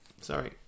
sorry